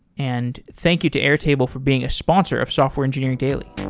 and thank you to airtable for being a sponsor of software engineering daily.